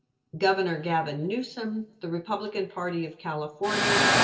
governor gavin newsom, the republican party of california,